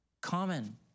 common